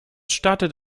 startet